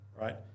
right